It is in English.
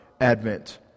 Advent